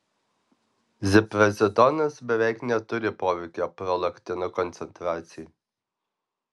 ziprazidonas beveik neturi poveikio prolaktino koncentracijai